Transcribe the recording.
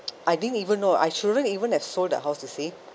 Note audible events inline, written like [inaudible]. [noise] I didn't even know I shouldn't even have sold the house you see